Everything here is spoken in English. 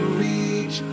reach